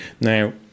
Now